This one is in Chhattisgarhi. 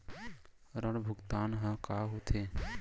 ऋण भुगतान ह का होथे?